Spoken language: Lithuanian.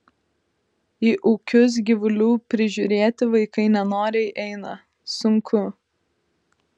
į ūkius gyvulių prižiūrėti vaikai nenoriai eina sunku